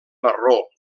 marró